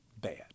bad